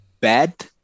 bad